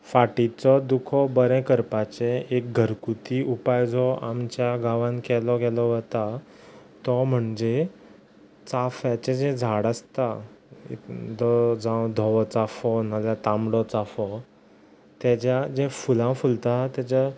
फाटीचो दुखो बरें करपाचें एक घरगुती उपाय जो आमच्या गांवान केलो गेलो वता तो म्हणजे चांफ्याचें जें झाड आसता एक धर जावं धवो चांफो नाल्या तांबडो चांफो तेज्या जे फुलां फुलतां तेज्या